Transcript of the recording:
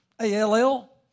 A-L-L